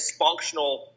dysfunctional